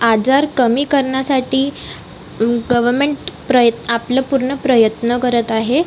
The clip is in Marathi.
आजार कमी करण्यासाठी गव्हमेंट प्रय आपलं पूर्ण प्रयत्न करत आहे